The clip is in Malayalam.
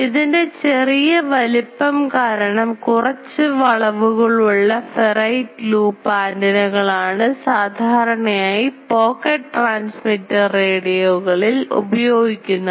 ഇതിൻറെ ചെറിയ വലുപ്പം കാരണം കുറച്ച് വളവുകളുള്ള ഫെറൈറ്റ് ലൂപ്പ് ആൻറിനകളാണ് ആണ് സാധാരണയായി പോക്കറ്റ് ട്രാൻസ്മിറ്റർ റേഡിയോകളിൽ ഉപയോഗിക്കുന്നത്